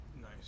nice